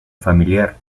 familiar